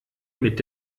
mit